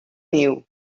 niu